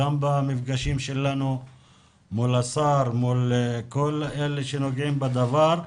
גם במפגשים שלנו מול השר ומול כל אלה שנוגעים בדבר.